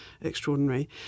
extraordinary